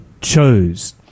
chose